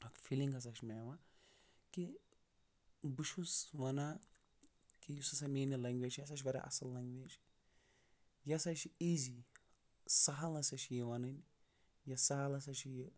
اَکھ فیٖلِنٛگ ہَسا چھِ مےٚ یِوان کہِ بہٕ چھُس وَنان کہِ یُس ہَسا میٛٲنۍ یہِ لنٛگویج چھِ یہِ ہَسا چھِ واریاہ اَصٕل لنٛگویج یہِ ہَسا چھِ ایٖزی سہل ہَسا چھِ یہِ وَنٕنۍ یہِ سہل ہَسا چھِ یہِ